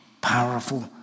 powerful